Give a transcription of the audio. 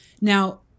now